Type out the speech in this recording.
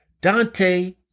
Dante